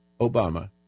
Obama